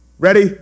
Ready